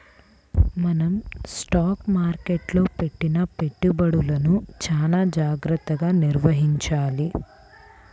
మనం స్టాక్ మార్కెట్టులో పెట్టిన పెట్టుబడులను చానా జాగర్తగా నిర్వహించాలి